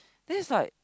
then is like